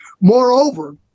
Moreover